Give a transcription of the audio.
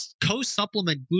co-supplement